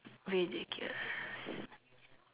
ridiculous